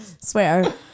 Swear